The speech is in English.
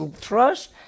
trust